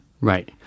Right